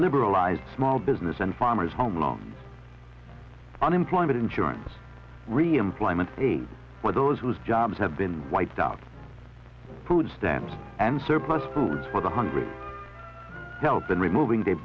liberalized small business and farmers home loans unemployment insurance reemployment for those whose jobs have been wiped out food stamps and surplus food for the hungry help in removing